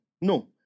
No